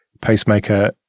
pacemaker